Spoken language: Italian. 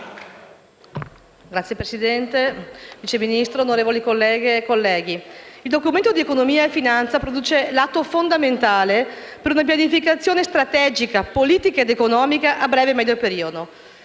Signora Presidente, Vice Ministro, onorevoli colleghi e colleghe, il Documento di economia e finanza produce l'atto fondamentale per una pianificazione strategica politica ed economica a breve e medio periodo.